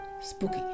Spooky